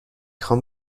خوام